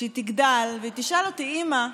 כשהיא תגדל ותשאל אותי: אימא,